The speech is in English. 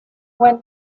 when